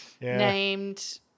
named